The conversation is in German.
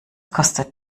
kostet